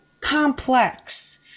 complex